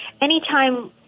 anytime